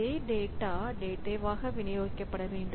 அதே டேட்டா டேட்டாவாக விநியோகிக்கப்பட வேண்டும்